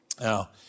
Now